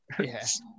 Yes